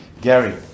Gary